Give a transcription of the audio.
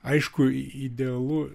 aišku idealu